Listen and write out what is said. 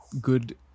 good